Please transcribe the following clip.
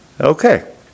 Okay